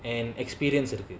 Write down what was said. and experience okay